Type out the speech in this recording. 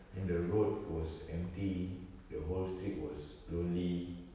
and the road was empty the whole street was lonely